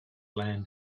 land